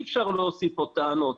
אי אפשר להוסיף עוד טענות.